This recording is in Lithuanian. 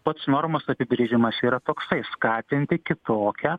pats normos apibrėžimas yra toksai skatinti kitokią